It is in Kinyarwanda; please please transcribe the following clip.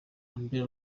amber